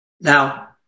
Now